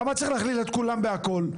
למה צריך להכליל את כולם בכל?